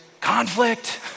conflict